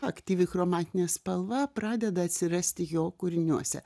aktyvi chromatinė spalva pradeda atsirasti jo kūriniuose